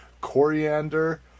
coriander